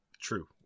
True